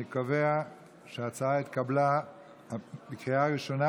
אני קובע שההצעה התקבלה בקריאה ראשונה,